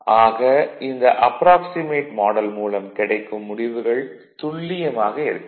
ஆக இந்த approximate model மூலம் கிடைக்கும் முடிவுகள் துல்லியமாக இருக்காது